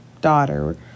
daughter